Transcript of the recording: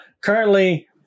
currently